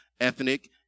ethnic